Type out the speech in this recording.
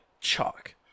chalk